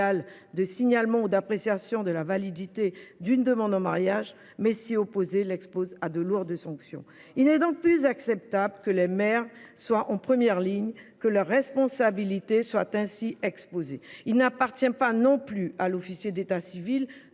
de signalement ou d’appréciation de la validité d’une demande en mariage, mais s’opposer à un mariage l’expose à lourdes sanctions. Il n’est donc plus acceptable que les maires soient en première ligne et que leur responsabilité soit ainsi exposée. Il n’appartient pas non plus à l’officier d’état civil